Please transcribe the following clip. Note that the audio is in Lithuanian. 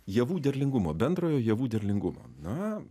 javų derlingumo bendrojo javų derlingumo na